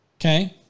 okay